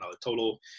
total